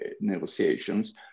negotiations